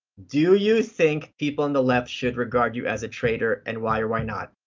do you think people on the left should regard you as a traitor, and why or why not?